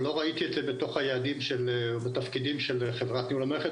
לא ראיתי את זה בתוך היעדים ובתפקידים של חברת ניהול המערכת,